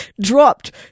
dropped